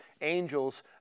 angels